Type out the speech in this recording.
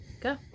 Go